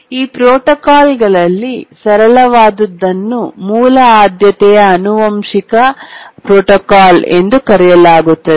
ಈ ಪ್ರೋಟೋಕಾಲ್ಗಳಲ್ಲಿ ಸರಳವಾದದ್ದನ್ನು ಮೂಲ ಆದ್ಯತೆಯ ಆನುವಂಶಿಕ ಪ್ರೋಟೋಕಾಲ್ ಎಂದು ಕರೆಯಲಾಗುತ್ತದೆ